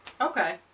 Okay